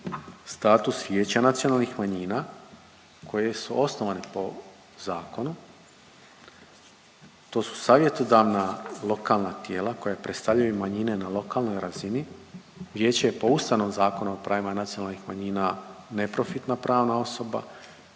status Vijeća nacionalnih manjina koji su osnovani po zakonu, to su savjetodavna lokalna tijela koja predstavljaju manjine na lokalnoj razini. Vijeće je po Ustavnom zakonu o pravima nacionalnih manjina, neprofitna pravna osoba,